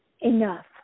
enough